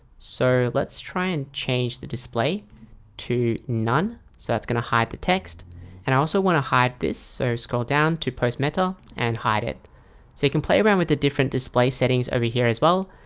so let's try and change the display to none, so that's gonna hide the text and i also want to hide this so scroll down to post metal and hide it so you can play around with the different display settings over here as well?